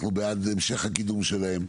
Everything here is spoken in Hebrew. אנחנו בעד המשך הקידום שלהן.